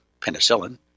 penicillin